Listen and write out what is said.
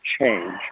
change